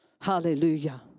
Hallelujah